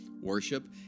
worship